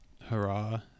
hurrah